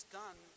done